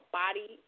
body